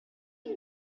you